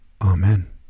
Amen